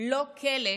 לא כלא,